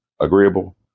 agreeable